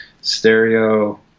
Stereo